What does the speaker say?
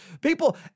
People